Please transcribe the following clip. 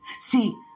See